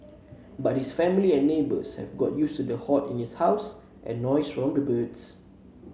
but his family and neighbours have got used to the hoard in his house and noise from the birds